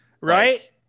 Right